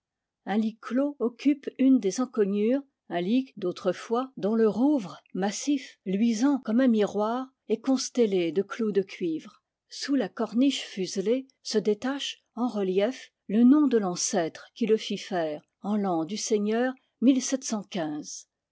un lit clos occupe une des encoignures un lit d'autrefois dont le rouvre massif luisant comme un miroir est constellé de clous de cuivre sous la corniche fuselée se détache en relief le nom de l'ancêtre qui le fit faire en l'an du seigneur